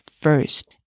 first